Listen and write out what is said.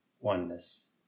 oneness